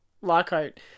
Lockhart